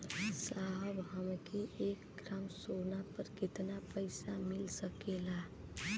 साहब हमके एक ग्रामसोना पर कितना पइसा मिल सकेला?